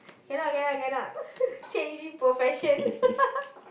cannot cannot cannot changing profession